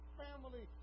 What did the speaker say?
family